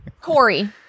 Corey